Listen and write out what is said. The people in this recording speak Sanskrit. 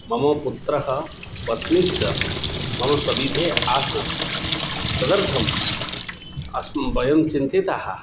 मम पुत्रः पत्नी च मम सविधे आसन् तदर्थम् अस्तु वयं चिन्तितः